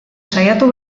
saiatu